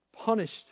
Punished